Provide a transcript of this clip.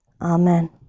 Amen